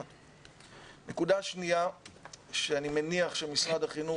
נקודה שנייה שאני מניח שמשרד החינוך